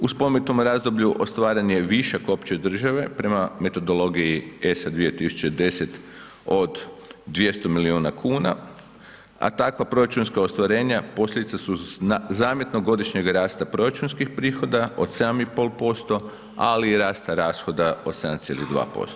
U spomenutom razdoblju ostvaren je višak opće države prema metodologiji ESA 2010 od 200 milijuna kuna, takva proračunska ostvarenja posljedica su zamjetnog godišnjeg rasta proračunskih prihoda od 7,5%, ali i rasta rashoda od 7,2%